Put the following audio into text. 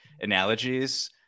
analogies